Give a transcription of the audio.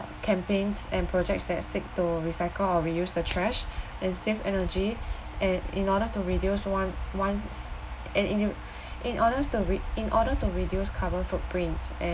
campaigns and projects that seek to recycle or reuse the trash and save energy and in order to reduce the on once and in in orders to redu~ in order to reduce carbon footprint and